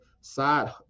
side